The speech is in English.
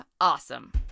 awesome